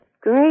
Great